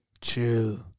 Chill